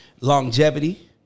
longevity